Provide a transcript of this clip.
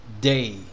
day